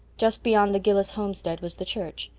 just beyond the gillis homestead was the church,